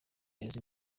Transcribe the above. imizi